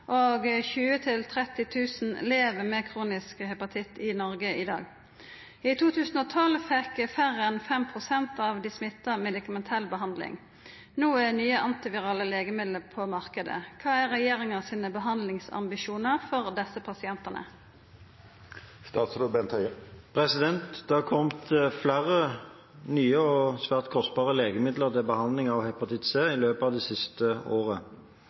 og 20–30 000 lever med kronisk hepatitt C i Noreg i dag. I 2012 fekk færre enn 5 prosent av dei smitta medikamentell behandling. No er nye antivirale legemidlar på markedet. Kva er regjeringa sine behandlingsambisjonar for desse pasientane?» Det har kommet flere nye og svært kostbare legemidler for behandling av hepatitt C i løpet av det siste året.